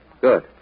Good